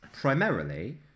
primarily